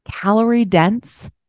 calorie-dense